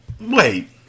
Wait